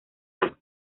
las